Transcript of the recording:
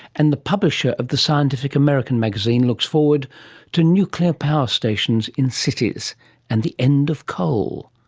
and the publisher of the scientific american magazine looks forward to nuclear power stations in cities and the end of coal.